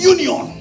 Union